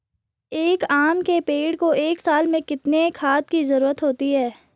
एक आम के पेड़ को एक साल में कितने खाद की जरूरत होती है?